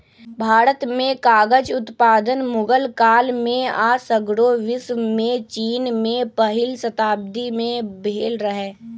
भारत में कागज उत्पादन मुगल काल में आऽ सग्रे विश्वमें चिन में पहिल शताब्दी में भेल रहै